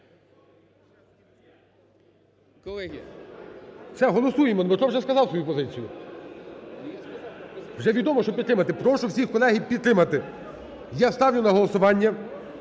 Це голосуємо, Дмитро вже сказав свою позицію. Вже відомо, що підтримати. Прошу всіх колег підтримати. Я ставлю на голосування